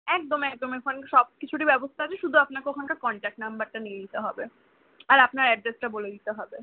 একদম একদম ওখানে সব কিছুরই ব্যবস্থা আছে শুধু আপনাকে ওখানকার কন্ট্যাক্ট নাম্বারটা নিয়ে নিতে হবে আর আপনার অ্যাড্রেসটা বলে দিতে হবে